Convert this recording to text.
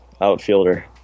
outfielder